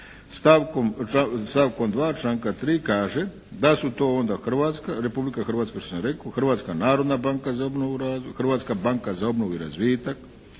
stavkom 2. članka 3. kaže da su to onda hrvatska, Republika Hrvatska kao što sam rekao, Hrvatska narodna banka za obnovu i razvoj,